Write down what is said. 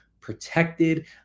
protected